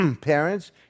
Parents